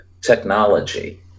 technology